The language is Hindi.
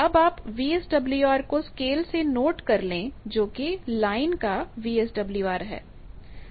अब आप वीएसडब्ल्यूआर को स्केल से नोट कर ले जोकि लाइन का वीएसडब्ल्यूआर है